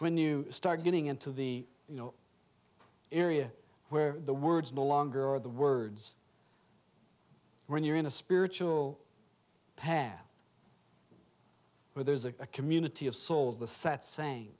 when you start getting into the you know area where the words no longer are the words when you're in a spiritual path where there's a community of souls the sats